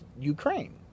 ukraine